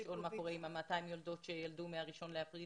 לשאול מה קורה עם 200 היולדות שילדו מה-1 באפריל,